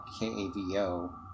KAVO